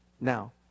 Now